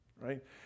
right